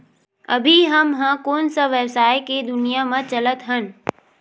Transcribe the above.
अभी हम ह कोन सा व्यवसाय के दुनिया म चलत हन?